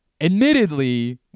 admittedly